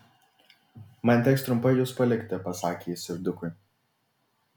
man teks trumpai jus palikti pasakė jis serdiukui